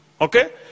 Okay